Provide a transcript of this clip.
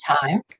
time